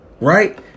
Right